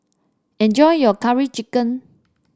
enjoy your Curry Chicken